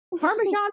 parmesan